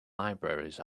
libraries